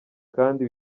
kandi